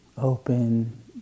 Open